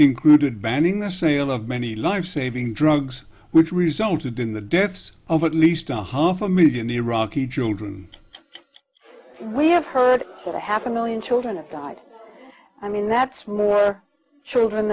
included banning the sale of many lifesaving drugs which resulted in the deaths of at least a half a million iraqi children we have heard a half a million children i mean that's more children